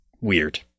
weird